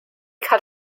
cut